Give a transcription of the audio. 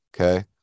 okay